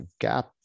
gap